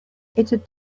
had